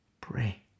pray